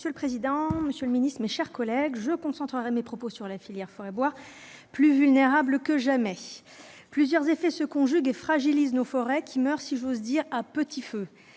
Monsieur le président, monsieur le ministre, mes chers collègues, je concentrerai mon propos sur la filière forêt-bois, plus vulnérable que jamais. Plusieurs effets se conjuguent pour fragiliser nos forêts, qui meurent, si j'ose dire, « à petit feu